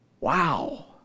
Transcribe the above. Wow